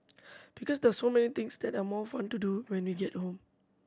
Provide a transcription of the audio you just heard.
because there are so many things that are more fun to do when we get home